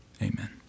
Amen